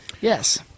Yes